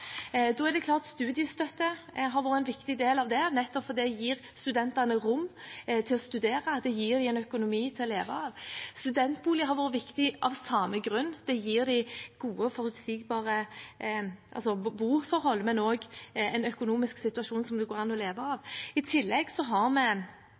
nettopp fordi det gir studentene rom til å studere, det gir dem en økonomi til å leve av. Studentboliger har vært viktig av samme grunn – det gir dem forutsigbarhet for gode boforhold og en økonomi som det går an å leve av.